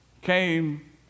came